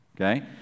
okay